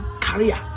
career